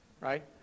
right